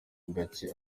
gacye